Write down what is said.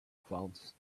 clowns